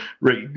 right